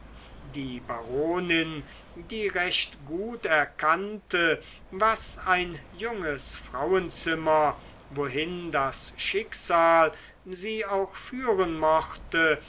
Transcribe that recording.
die baronin die recht gut erkannte was ein junges frauenzimmer wohin das schicksal sie auch führen mochte